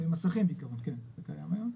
זה מסכים בעיקרון, כן, זה קיים היום.